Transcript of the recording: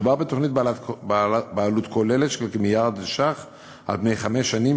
מדובר בתוכנית בעלות כוללת של כמיליארד ש"ח על פני חמש שנים,